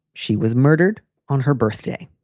she was murdered on her birthday.